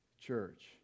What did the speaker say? church